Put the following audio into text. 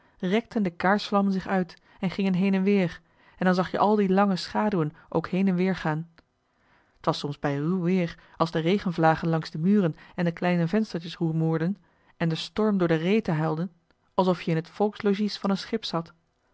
rekten de kaarsvlammen zich uit en gingen heen en weer en dan zag je al die lange schaduwen ook heen joh h been paddeltje de scheepsjongen van michiel de ruijter en weer gaan t was soms bij ruw weer als de regenvlagen langs de muren en de kleine venstertjes rumoerden en de storm door de reten huilde alsof je in het volkslogies van een schip zat